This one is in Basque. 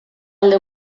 alde